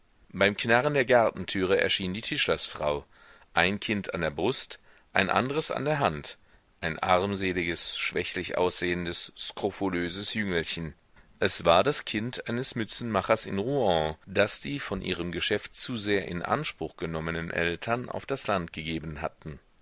beim knarren der gartentüre erschien die tischlersfrau ein kind an der brust ein andres an der hand ein armseliges schwächlich aussehendes skrofulöses jüngelchen es war das kind eines mützenmachers in rouen das die von ihrem geschäft zu sehr in anspruch genommenen eltern auf das land gegeben hatten